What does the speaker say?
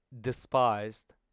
despised